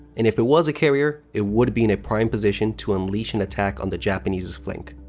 and if it was a carrier, it would be in a prime position to unleash an attack on the japanese's flank.